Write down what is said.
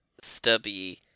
Stubby